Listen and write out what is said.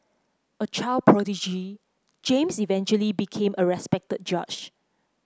a child prodigy James eventually became a respected judge